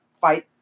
fight